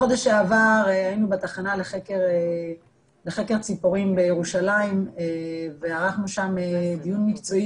בחודש שעבר היינו בתחנה לחקר ציפורים בירושלים וערכנו שם דיון מקצועי